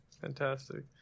Fantastic